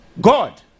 God